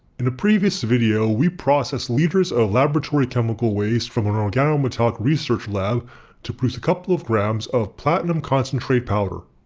in a previous video we processed liters of laboratory chemical waste from an organometallic research lab to produce a couple grams of platinum concentrate powder.